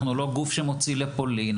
אנחנו לא גוף שמוציא לפולין.